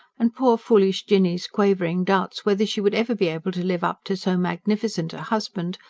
and poor foolish jinny's quavering doubts whether she would ever be able to live up to so magnificent a husband,